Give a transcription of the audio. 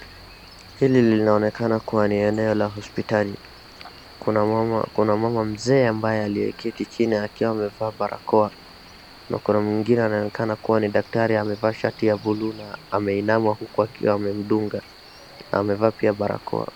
Hili linaonekana kuwa ni eneo la hospitali. Kuna mama kuna mama mzee ambaye aliyeketi chini akiwa amevaa barakoa na kuna mwingine anaonekana kuwa ni daktari amevaa shati ya blue na ameinama huku akiwa amemdunga na amevaa pia barakoa.